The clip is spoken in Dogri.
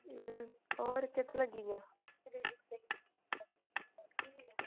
होर कित्त लग्गी दियां